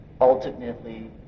ultimately